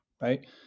right